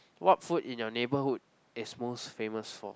what food in your neighbourhood is most famous for